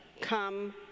come